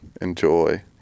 enjoy